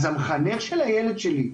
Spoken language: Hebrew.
אז המחנך של הילד שלי,